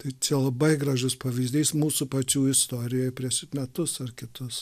tai čia labai gražus pavyzdys mūsų pačių istorijoj prieš metus ar kitus